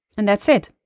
and that's it.